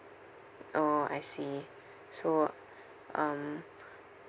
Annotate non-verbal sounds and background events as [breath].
orh I see so uh um [breath]